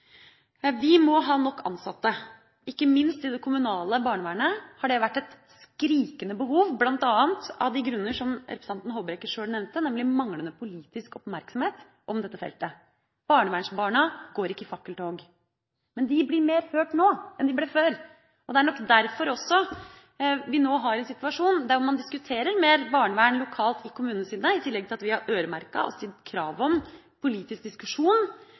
Vi må ha nok ansatte. Ikke minst i det kommunale barnevernet har det vært et skrikende behov, bl.a. av de grunner som representanten Håbrekke sjøl nevnte, nemlig manglende politisk oppmerksomhet om dette feltet. Barnevernsbarna går ikke i fakkeltog, men de blir mer hørt nå enn de ble før. Det er nok også derfor vi nå har en situasjon hvor man diskuterer mer barnevern lokalt, i kommunene, i tillegg til at vi har øremerket og stilt krav om politisk